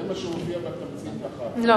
אצלנו בתמצית כתוב רק 193 ו-379,